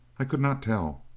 i could not tell.